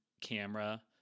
camera